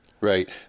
Right